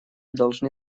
должны